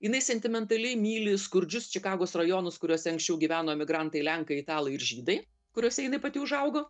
jinai sentimentaliai myli skurdžius čikagos rajonus kuriuose anksčiau gyveno migrantai lenkai italai ir žydai kuriuose jinai pati užaugo